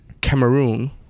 Cameroon